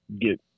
get